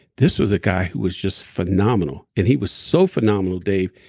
this was a guy who was just phenomenal. and he was so phenomenal, dave,